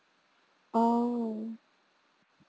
oh